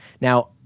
Now